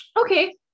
Okay